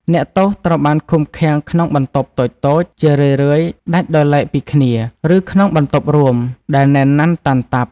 អ្នកទោសត្រូវបានឃុំឃាំងក្នុងបន្ទប់តូចៗ ជារឿយៗដាច់ដោយឡែកពីគ្នា ឬក្នុងបន្ទប់រួមដែលណែនណាន់តាន់តាប់។